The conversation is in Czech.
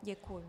Děkuji.